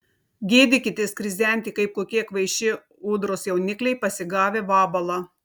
gėdykitės krizenti kaip kokie kvaiši ūdros jaunikliai pasigavę vabalą